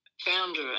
founder